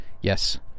Yes